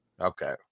Okay